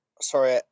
sorry